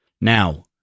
Now